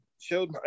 showed